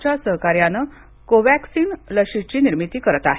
च्या सहकार्यानं कोवॅक्सीन लशीची निर्मिती करत आहे